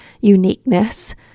uniqueness